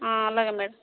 అలాగే మేడం